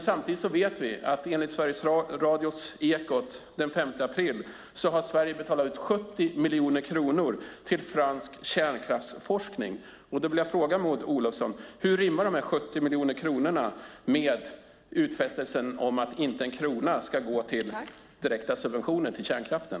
Samtidigt har Sverige, enligt Sveriges Radios Ekot den 5 april, betalat ut 70 miljoner kronor till fransk kärnkraftsforskning. Hur rimmar dessa 70 miljoner kronor med utfästelsen att inte en krona ska gå till direkta subventioner till kärnkraften?